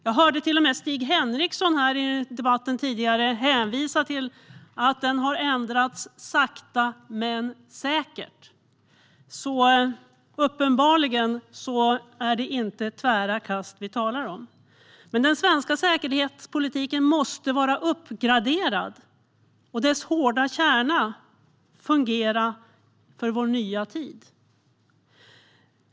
Jag hörde till och med Stig Henriksson tidigare i debatten hänvisa till att säkerhetspolitiken har ändrats sakta men säkert. Uppenbarligen är det inte tvära kast vi talar om. Men den svenska säkerhetspolitiken måste vara uppgraderad och dess hårda kärna fungera för vår nya tid.